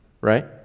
right